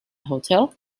hotel